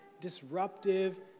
disruptive